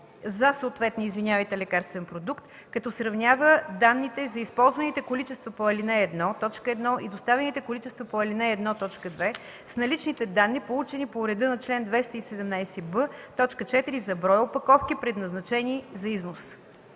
за съответния лекарствен продукт, като сравнява данните за използваните количества по ал. 1, т. 1 и доставените количества по ал. 1, т. 2 с наличните данни, получени по реда на чл. 217б, т. 4 за брой опаковки, предназначени за износ.